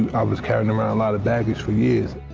i was carrying around a lot of baggage for years.